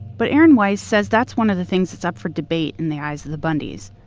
but aaron weiss says that's one of the things that's up for debate in the eyes of the bundys,